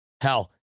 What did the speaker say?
Hell